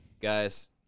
guys